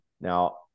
Now